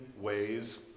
ways